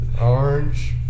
orange